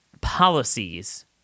Policies